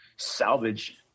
salvage